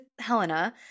Helena